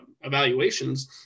evaluations